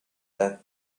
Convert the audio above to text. that